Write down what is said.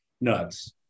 nuts